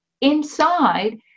inside